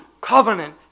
covenant